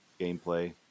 gameplay